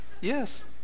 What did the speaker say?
yes